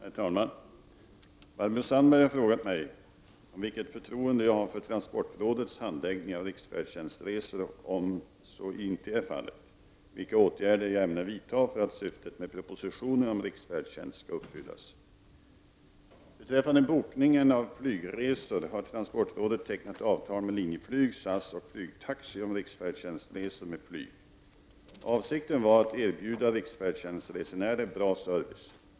Herr talman! Barbro Sandberg har frågat mig vilket förtroende jag har för transportrådets handläggning av riksfärdtjänstresor och, om jag inte har något sådant, vilka åtgärder jag då ämnar vidta för att syftet med propositionen om riksfärdtjänst skall uppfyllas. Avsikten var att erbjuda riksfärdtjänstresenärerna bra service.